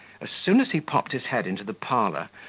as soon as he popped his head into the parlour,